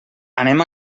anem